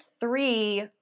three